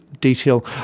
detail